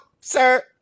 sir